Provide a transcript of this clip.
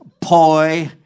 Poi